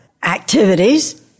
Activities